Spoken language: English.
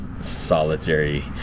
solitary